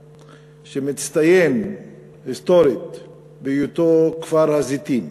שמצטיין היסטורית בהיותו כפר הזיתים.